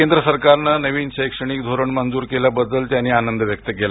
केंद्र सरकारनं नवीन शिक्षण धोरण मंजूर केल्याबद्दल त्यांनी आनंद व्यक्त केला